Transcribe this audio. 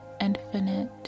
infinite